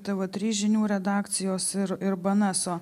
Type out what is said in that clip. tv trys žinių redakcijos ir ir bnso